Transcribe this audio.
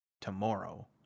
tomorrow